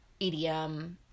EDM